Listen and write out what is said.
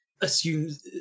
assumes